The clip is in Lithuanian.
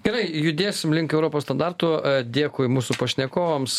gerai judėsim link europos standartų dėkui mūsų pašnekovams